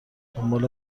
دنبال